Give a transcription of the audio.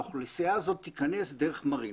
היא תיכנס דרך מרינות.